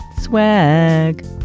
swag